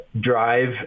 drive